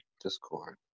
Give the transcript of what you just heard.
Discord